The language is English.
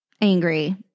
angry